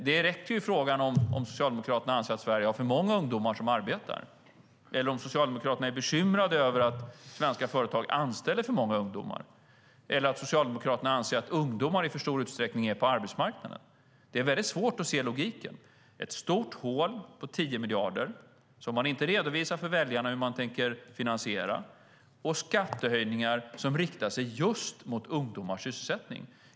Det räcker att fråga om Socialdemokraterna anser att Sverige har för många ungdomar som arbetar. Är de bekymrade över att svenska företag anställer för många ungdomar? Anser Socialdemokraterna att ungdomar finns i för stor utsträckning på arbetsmarknaden? Det är svårt att se logiken. Det finns ett stort hål på 10 miljarder. Man redovisar inte för väljarna hur man tänker finansiera hålet. Sedan är det fråga om skattehöjningar som riktar sig just mot ungdomars sysselsättning.